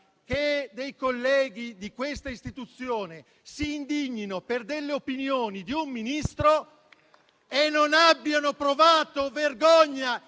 che alcuni colleghi di questa Istituzione si indignino per opinioni di un Ministro e non abbiano provato vergogna